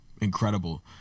incredible